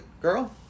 Girl